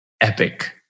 epic